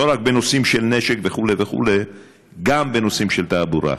לא רק בנושאים של נשק וכו' וכו' גם בנושאים של תעבורה.